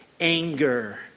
anger